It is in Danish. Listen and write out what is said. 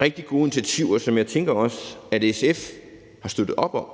rigtig gode initiativer, som jeg også tænker at SF har støttet op om.